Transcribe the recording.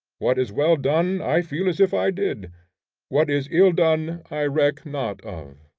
what is well done i feel as if i did what is ill done i reck not of.